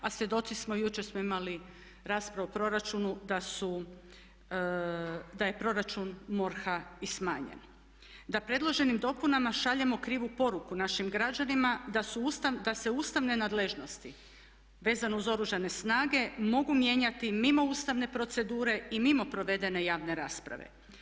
A svjedoci smo, jučer smo imali raspravu o proračunu da su, da je proračun MORH-a i smanjen, da predloženim dopunama šaljemo krivu poruku našim građanima, da se ustavne nadležnosti vezano uz Oružane snage mogu mijenjati mimo ustavne procedure i mimo provedene javne rasprave.